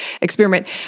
experiment